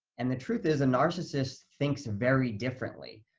and the truth is a narcissist thinks very differently,